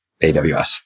AWS